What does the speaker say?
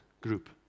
group